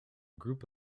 group